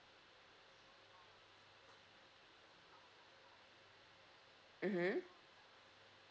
mmhmm